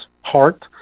heart